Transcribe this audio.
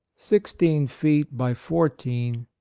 sixteen feet by fourteen,